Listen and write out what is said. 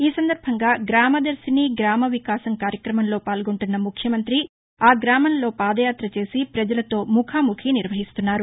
ఈ సందర్భంగా గ్రామదర్శిని గ్రామవికాస కార్యక్రమంలో పాల్గొంటున్న ముఖ్యమంతి ఆగ్రామంలో పాదయాత చేసి పజలతో ముఖాముఖీ నిర్వహిస్తున్నారు